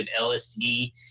LSD